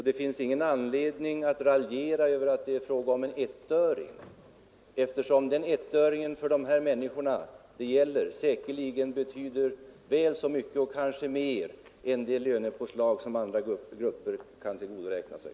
Det finns ingen anledning att raljera över att det är fråga om en ettöring. För de människor det gäller betyder denna ettöring säkerligen väl så mycket och kanske mer än det lönepåslag som andra grupper kan tillgodoräkna sig.